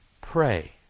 Pray